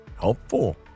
Helpful